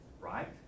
Right